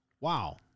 Wow